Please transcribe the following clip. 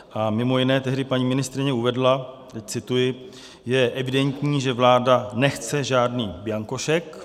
A mimo jiné tehdy paní ministryně uvedla teď cituji: Je evidentní, že vláda nechce žádný bianko šek.